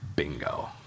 Bingo